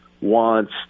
wants